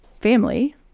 family